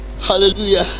hallelujah